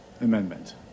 amendment